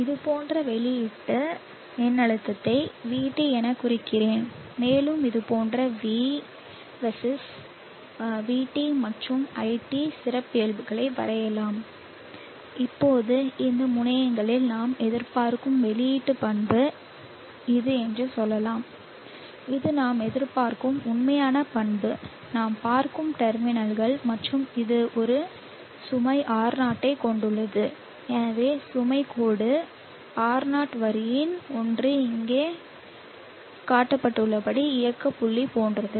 இது போன்ற வெளியீட்டு மின்னழுத்தத்தை vT எனக் குறிக்கிறேன் மேலும் இது போன்ற V Vs vT மற்றும் iT சிறப்பியல்புகளை வரையலாம் இப்போது இந்த முனையங்களில் நாம் எதிர்பார்க்கும் வெளியீட்டு பண்பு இது என்று சொல்லலாம் இது நாம் எதிர்பார்க்கும் உண்மையான பண்பு நாம் பார்க்கும் டெர்மினல்கள் மற்றும் இது ஒரு சுமை R0 ஐக் கொண்டுள்ளது எனவே சுமைக் கோடு R0 வரியின் ஒன்று இங்கே காட்டப்பட்டுள்ளபடி இயக்க புள்ளி போன்றது